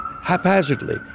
haphazardly